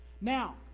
Now